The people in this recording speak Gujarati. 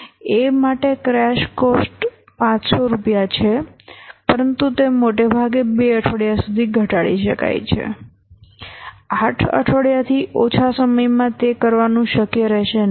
A માટે ક્રેશ કોસ્ટ 500 રૂપિયા છે પરંતુ તે મોટાભાગે 2 અઠવાડિયા સુધી ઘટાડી શકાય છે 8 અઠવાડિયાથી ઓછા સમયમાં તે કરવાનું શક્ય રહેશે નહીં